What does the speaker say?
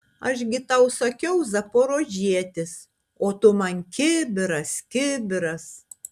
aš gi tau sakiau zaporožietis o tu man kibiras kibiras